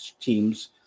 teams